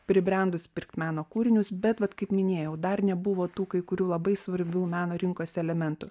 pribrendusi pirkti meno kūrinius bet vat kaip minėjau dar nebuvo tų kai kurių labai svarbių meno rinkos elementų